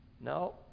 No